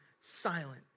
silent